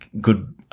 good